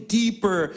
deeper